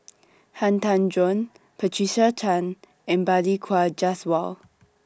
Han Tan Juan Patricia Chan and Balli Kaur Jaswal